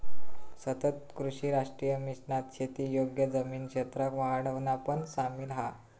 सतत कृषी राष्ट्रीय मिशनात शेती योग्य जमीन क्षेत्राक वाढवणा पण सामिल हा